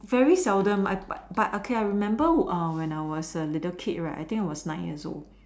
very seldom I buy but okay I remember err when I was a little kid right I think I was nine years old